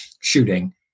shooting